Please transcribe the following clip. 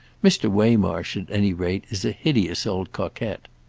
mr. waymarsh at any rate is a hideous old coquette.